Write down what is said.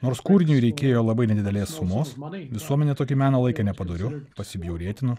nors kūriniui reikėjo labai nedidelės sumos visuomenė tokį meną laikė nepadoriu pasibjaurėtinu